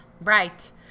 right